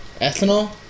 Ethanol